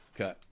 okay